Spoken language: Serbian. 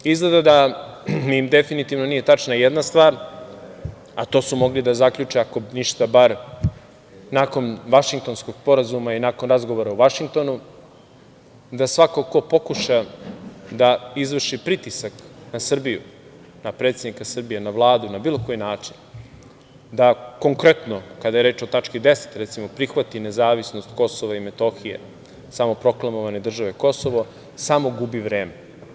Izgleda da definitivno nije tačna jedna stvar, a to su mogli da zaključe, ako ništa, bar nakon Vašingtonskog sporazuma i nakon razgovora u Vašingtonu, da svako ko pokuša da izvrši pritisak na Srbiju, na predsednika Srbije, na Vladu, na bilo koji način, da konkretno kada je reč o tački 10, recimo, prihvati nezavisnost Kosova i Metohije, samoproklamovane države Kosovo, samo gubi vreme.